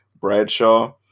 Bradshaw